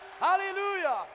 Hallelujah